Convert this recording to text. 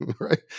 right